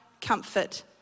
comfort